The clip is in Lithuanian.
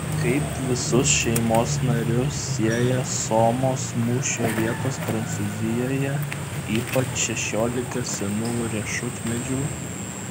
kaip visus šeimos narius sieja somos mūšio vietos prancūzijoje ypač šešiolika senų riešutmedžių